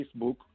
Facebook